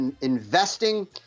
investing